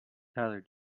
tyler